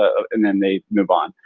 ah and then they move on.